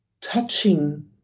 touching